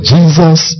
Jesus